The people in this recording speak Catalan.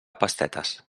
pastetes